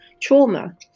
trauma